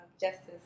justice